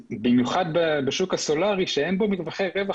במיוחד בשוק הסולרי שאין בו מרווחי רווח